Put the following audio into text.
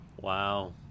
Wow